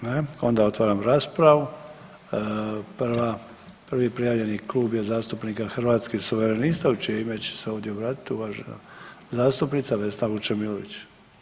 Ne, onda otvaram raspravu, prva, prvi prijavljeni klub je zastupnika Hrvatskih suverenista u čije ime će se ovdje obratiti uvažena zastupnica Vesna Vučemilović.